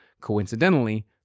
Coincidentally